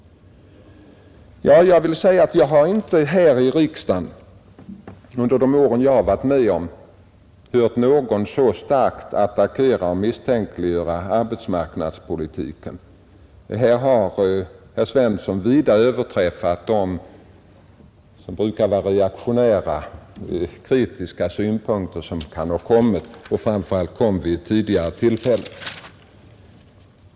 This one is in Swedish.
Jag har inte här i riksdagen under de år jag har varit med hört någon så starkt attackera och misstänkliggöra arbetsmarknadspolitiken som herr Svensson gjorde. Här har herr Svensson vida överträffat dem som, särskilt tidigare, har brukat anföra reaktionära, kritiska synpunkter.